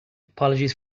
apologies